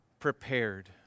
prepared